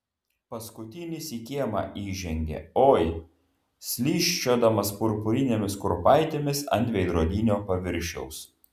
paskutinis į kiemą įžengė oi slysčiodamas purpurinėmis kurpaitėmis ant veidrodinio paviršiaus